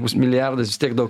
bus milijardas vis tiek daug